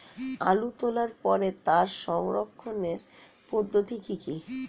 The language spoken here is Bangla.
আলু তোলার পরে তার সংরক্ষণের পদ্ধতি কি কি?